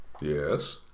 Yes